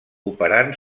operant